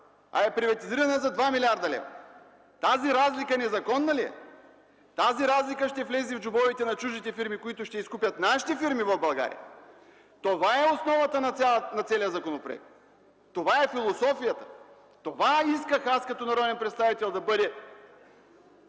а е приватизирана за 2 млрд. лв. Тази разлика незаконна ли е? Тази разлика ще влезе в джобовете на чуждите фирми, които ще изкупят нашите фирми в България. Това е основата на целия законопроект! Това е философията! Това исках аз, като народен представител, да бъде